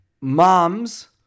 moms